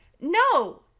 no